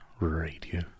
Radio